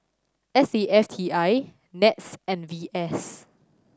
S A F T I NETS and V S